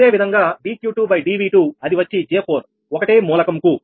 అదేవిధంగా dQ2dV2 అది వచ్చి J4 ఒకటే మూలకం కు